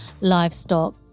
livestock